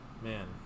Man